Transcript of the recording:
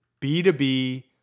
B2B